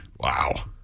Wow